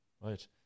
right